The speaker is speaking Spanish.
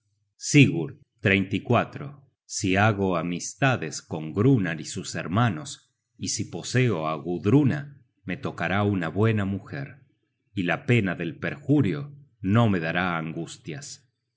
tí con artificio sigurd si hago amistades con gunnar y sus hermanos y si poseo á gudruna me tocará una buena mujer y la pena del perjurio no me dará angustias